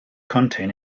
contain